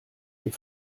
ses